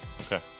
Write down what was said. Okay